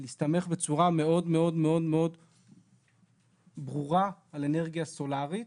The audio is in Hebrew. היא להסתמך בצורה מאוד מאוד ברורה על אנרגיה סולארית,